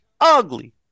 Ugly